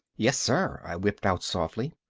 yessir, i whipped out softly.